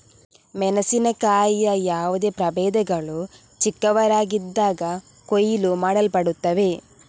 ಮೆಣಸಿನಕಾಯಿಯ ಯಾವುದೇ ಪ್ರಭೇದಗಳು ಚಿಕ್ಕವರಾಗಿದ್ದಾಗ ಕೊಯ್ಲು ಮಾಡಲ್ಪಡುತ್ತವೆ